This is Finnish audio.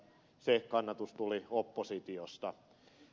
se kannatus tuli oppositiosta